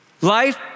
life